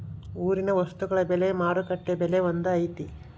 ಊರಿನ ವಸ್ತುಗಳ ಬೆಲೆ ಮಾರುಕಟ್ಟೆ ಬೆಲೆ ಒಂದ್ ಐತಿ?